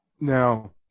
Now